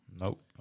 Nope